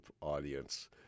audience